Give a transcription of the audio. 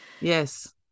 Yes